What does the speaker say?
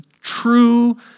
true